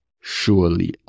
surely